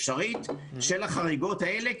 של החריגות האלה היא אפשרית,